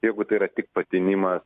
jeigu tai yra tik patinimas